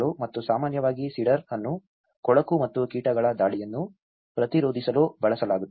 ಮತ್ತು ಸಾಮಾನ್ಯವಾಗಿ ಸೀಡರ್ ಅನ್ನು ಕೊಳಕು ಮತ್ತು ಕೀಟಗಳ ದಾಳಿಯನ್ನು ಪ್ರತಿರೋಧಿಸಲು ಬಳಸಲಾಗುತ್ತದೆ